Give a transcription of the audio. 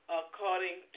according